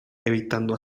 evitando